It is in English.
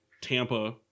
Tampa